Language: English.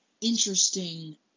interesting